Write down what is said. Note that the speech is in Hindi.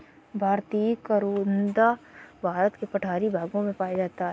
भारतीय करोंदा भारत के पठारी भागों में पाया जाता है